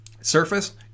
surface